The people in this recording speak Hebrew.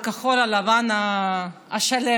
בכחול לבן השלם.